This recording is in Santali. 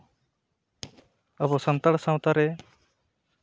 ᱟᱵᱚ ᱥᱟᱱᱛᱟᱲ ᱥᱟᱶᱛᱟ ᱨᱮ